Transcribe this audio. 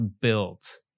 built